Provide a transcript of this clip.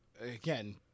again